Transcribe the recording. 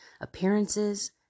appearances